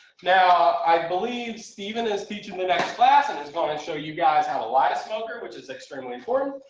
now, i believe, stephen is teaching the next class, and it's going to show you guys have to light a smoker, which is extremely important.